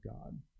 God